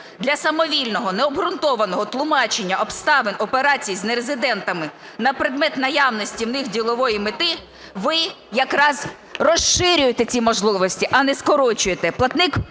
для самовільного необґрунтованого тлумачення обставин операцій з нерезидентами на предмет наявності в них ділової мети, ви якраз розширюєте ці можливості, а не скорочуєте. Платник